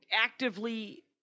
actively